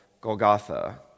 Golgotha